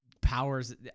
powers